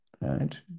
right